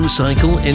cycle